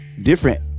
different